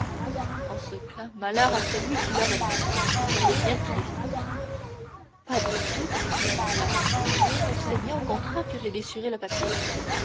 en ce cas malheur à celui qui l'aurait faite car elle est bien triste pas du tout s'écria danglars tu sais bien au contraire que j'ai déchiré le papier